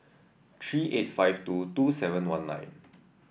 three eight five two two seven one nine